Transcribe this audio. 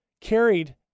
carried